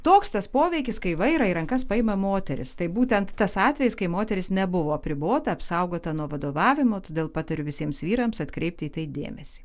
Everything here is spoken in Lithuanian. toks tas poveikis kai vairą į rankas paima moteris tai būtent tas atvejis kai moteris nebuvo apribota apsaugota nuo vadovavimo todėl patariu visiems vyrams atkreipti į tai dėmesį